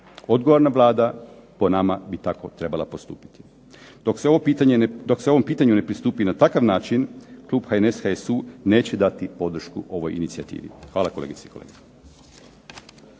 Odgovorna Vlada po nama bi tako trebala postupiti. Dok se ovom pitanju ne pristupi na takav način klub HNS, HSU neće dati podršku ovoj inicijativi. Hvala kolegice i kolege.